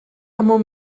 amo